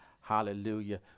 Hallelujah